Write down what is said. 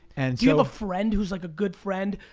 and do you have a friend who's like a good friend,